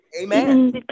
Amen